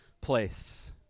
place